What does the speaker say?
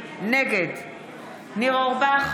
נגד ניר אורבך,